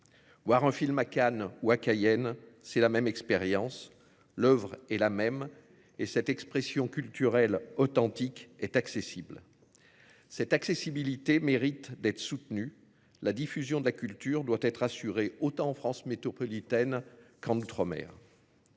Voir un film à Cannes ou à Cayenne, c'est la même expérience. L'oeuvre est la même et cette expression culturelle authentique est accessible. Cette accessibilité mérite d'être soutenu la diffusion de la culture doit être assurée autant en France métropolitaine. Quand outre-mer.